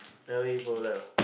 L_A for life